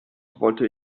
wollte